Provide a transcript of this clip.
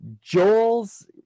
Joel's